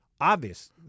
Obvious